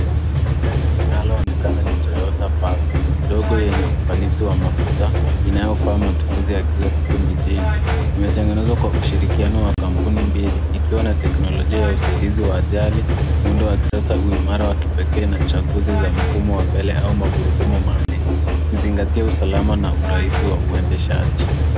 Gari linaloonekana ni Toyota Paseo ndogo yenye ufanisi wa mafuta inayofaa matumizi ya kila siku mijini. Imetengenezwa kwa ushirikiano wa kampuni mbili ikiwa na teknolojia ya usaidizi wa ajali, muundo wa kisasa wa uimara wa kipekee na chaguzi wa mfumo wa mbele wa magurudumu manne ukizingatia usalama na urahisi wa uendeshaji.